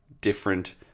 different